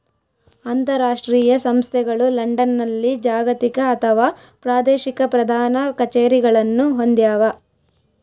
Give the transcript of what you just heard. ಅಂತರಾಷ್ಟ್ರೀಯ ಸಂಸ್ಥೆಗಳು ಲಂಡನ್ನಲ್ಲಿ ಜಾಗತಿಕ ಅಥವಾ ಪ್ರಾದೇಶಿಕ ಪ್ರಧಾನ ಕಛೇರಿಗಳನ್ನು ಹೊಂದ್ಯಾವ